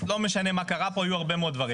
לא משנה מה קרה פה, היו הרבה מאוד דברים.